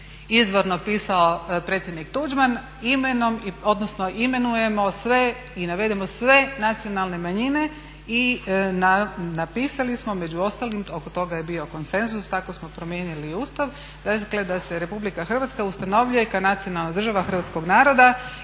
izvorno pisao predsjednik Tuđman imenujemo sve i navedemo sve nacionalne manjine i napisali smo među ostalim, oko toga je bio konsenzus, tako smo promijenili Ustav, dakle da se RH ustanovljuje kao nacionalna država hrvatskog naroda